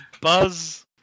buzz